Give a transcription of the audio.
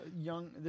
young